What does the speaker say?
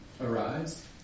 arise